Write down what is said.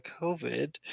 COVID